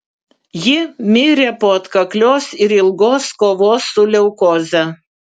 ji mirė po atkaklios ir ilgos kovos su leukoze